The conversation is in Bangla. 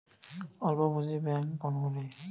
অল্প পুঁজি ব্যাঙ্ক কোনগুলি?